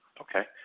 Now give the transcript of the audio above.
Okay